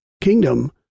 kingdom